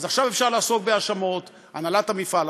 אז עכשיו אפשר לעסוק בהאשמות: הנהלת המפעל,